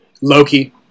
Loki